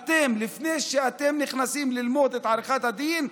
לפני שאתם נכנסים ללמוד עריכת דין,